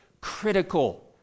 critical